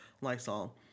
Lysol